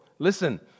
Listen